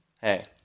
hey